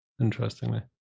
interestingly